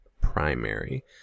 primary